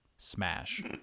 smash